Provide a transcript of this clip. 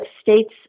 states